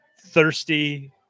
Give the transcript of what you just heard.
thirsty